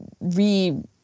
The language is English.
re